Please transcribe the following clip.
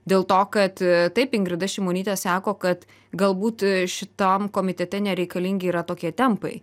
dėl to kad taip ingrida šimonytė sako kad galbūt šitam komitete nereikalingi yra tokie tempai